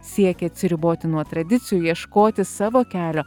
siekė atsiriboti nuo tradicijų ieškoti savo kelio